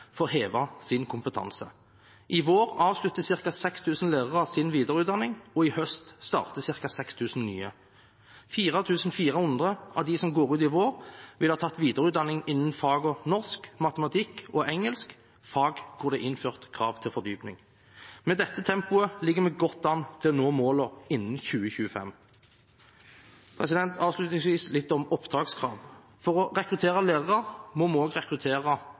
får hevet sin kompetanse. I vår avslutter ca. 6 000 lærere sin videreutdanning, og i høst starter ca. 6 000 nye. 4 400 av de som går ut i vår, ville ha tatt videreutdanning innen fagene norsk, matematikk og engelsk, fag hvor det er innført krav til fordypning. Med dette tempoet ligger vi godt an til å nå målene innen 2025. Avslutningsvis litt om opptakskrav: For å rekruttere lærere må vi også rekruttere